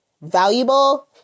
valuable